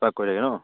spark কৰে ন